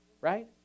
right